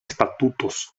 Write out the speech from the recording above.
estatutos